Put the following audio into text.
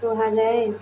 କୁହାଯାଏ